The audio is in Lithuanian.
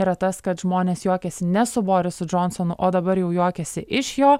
yra tas kad žmonės juokiasi ne su borisu džonsonu o dabar jau juokiasi iš jo